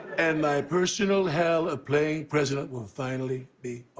and my personal hell of playing president will finally be